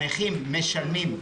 הנכים משלמים,